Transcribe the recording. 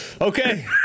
Okay